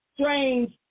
strange